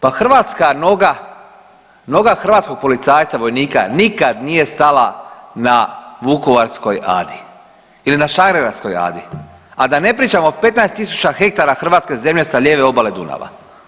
Pa hrvatska noga, noga hrvatskog policajca vojnika, nikad nije stala na Vukovarskoj Adi ili na Šarengradskoj adi, a da ne pričam o 15 tisuća hektara hrvatske zemlje sa lijeve obale Dunava.